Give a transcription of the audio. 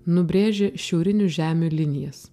nubrėžė šiaurinių žemių linijas